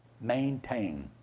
Maintain